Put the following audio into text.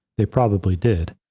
they probably did.